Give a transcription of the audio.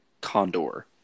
Condor